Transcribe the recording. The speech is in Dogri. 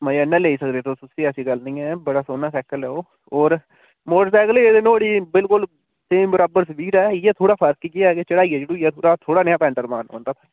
मजे नै लेई सकदे ओ तुस उसी ऐसी गल्ल नेईं ऐ बड़ा सोह्ना साईकल ऐ ओह् होर मोटरसाईकलै दी ते नुहाड़ी बिलकुल सेम बराबर स्पीड ऐ इयै थोह्ड़ा फर्क ऐ कि चड़ाइयै चड़ूइयै थोह्ड़ा नेहा फैंटर मारना पौंदा